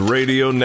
Radio